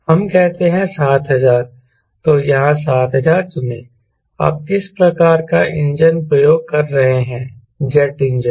हम कहते हैं 7000 तो यहाँ 7000 चुनें आप किस प्रकार का इंजन प्रयोग कर रहे हैं जेट इंजन